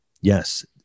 Yes